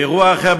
באירוע אחר,